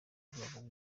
rwabo